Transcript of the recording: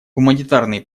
гуманитарные